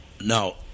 now